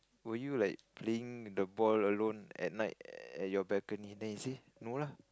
were you like playing the ball alone at night at your balcony then he say no lah